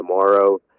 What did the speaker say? tomorrow